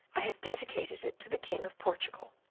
i have dedicated it to the king of portugal.